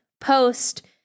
post